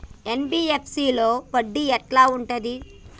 NBFC లో వడ్డీ ఎట్లా ఉంటది?